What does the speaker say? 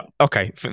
Okay